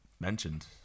mentioned